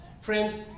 Friends